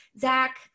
Zach